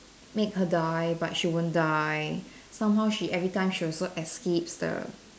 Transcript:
make her die but she won't die somehow she every time she also escapes the